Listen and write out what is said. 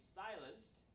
silenced